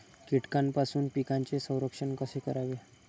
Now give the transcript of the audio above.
कीटकांपासून पिकांचे संरक्षण कसे करावे?